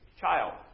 child